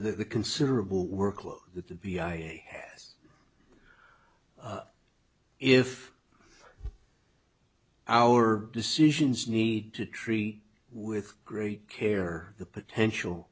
the considerable workload that the b i has if our decisions need to tree with great care the potential